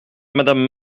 madame